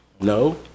No